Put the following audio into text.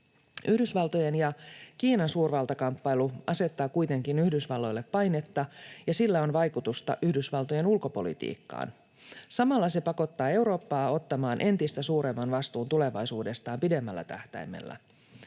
Yhdysvaltojen ja Kiinan suurvaltakamppailu asettaa kuitenkin Yhdysvalloille painetta, ja sillä on vaikutusta Yhdysvaltojen ulkopolitiikkaan. Samalla se pakottaa Eurooppaa ottamaan entistä suuremman vastuun tulevaisuudestaan pidemmällä tähtäimellä.